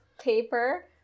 paper